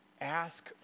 ask